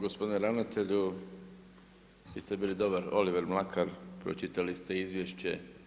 Gospodin ravnatelju, vi ste bili dobar Oliver Mlakar, pročitali ste izvješće.